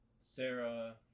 Sarah